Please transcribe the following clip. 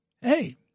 Hey